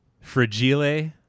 fragile